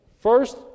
First